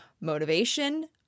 motivation